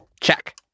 Check